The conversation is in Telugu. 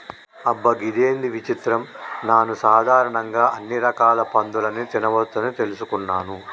అబ్బ గిదేంది విచిత్రం నాను సాధారణంగా అన్ని రకాల పందులని తినవచ్చని తెలుసుకున్నాను